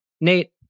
Nate